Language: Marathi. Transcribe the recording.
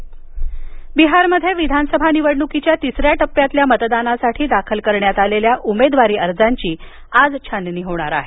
विहार निवडणूक बिहारमध्ये विधानसभा निवडणुकीच्या तिसऱ्या टप्प्यातल्या मतदानासाठी दाखल करण्यात आलेल्या उमेदवारी अर्जाची आज छाननी होणार आहे